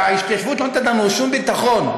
ההתיישבות לא נותנת לנו שום ביטחון.